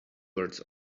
words